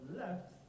left